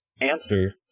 answer